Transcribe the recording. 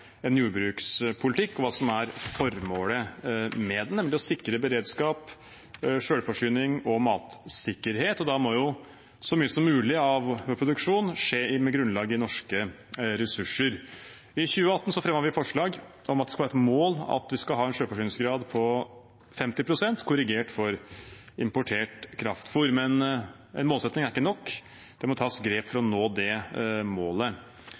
en jordbrukspolitikk, og hva som er formålet med den, nemlig å sikre beredskap, selvforsyning og matsikkerhet. Da må jo så mye som mulig av vår produksjon skje med grunnlag i norske ressurser. I 2018 fremmet vi forslag om at det skal være et mål at vi skal ha en selvforsyningsgrad på 50 pst., korrigert for importert kraftfôr. Men en målsetting er ikke nok; det må tas grep for å nå det målet.